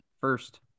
first